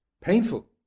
painful